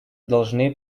должны